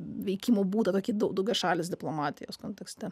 veikimo būdą tokį daugiašalės diplomatijos kontekste